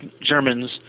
Germans